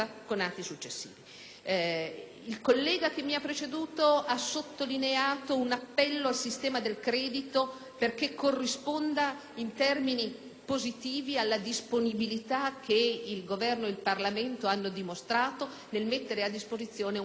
Il collega che mi ha preceduto ha sottolineato un appello al sistema del credito perché corrisponda in termini positivi alla disponibilità che il Governo e il Parlamento hanno dimostrato nel mettere a disposizione un grande paracadute.